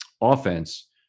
offense